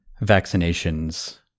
vaccinations